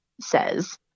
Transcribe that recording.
says